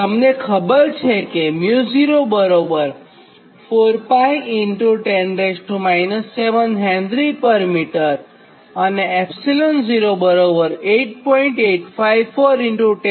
તમને ખબર છે કે µ04π10 7 Hm અને 0 8